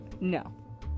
no